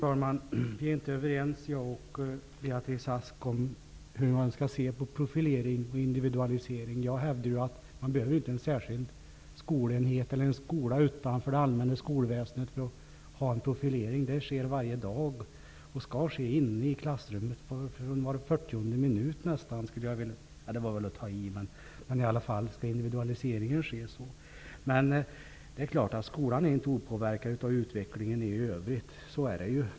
Fru talman! Beatrice Ask och jag är inte överens i hur man skall se på frågan om profilering och individualisering. Jag hävdar att man inte behöver en särskild skola utanför det allmänna skolväsendet för att det skall bli en profilering. Det sker varje dag. Det skall ske inne i klassrummet -- nästan var fyrtionde minut. Det är klart att skolan inte är opåverkad av utvecklingen i övrigt. Naturligtvis är det så.